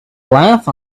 laugh